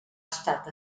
estat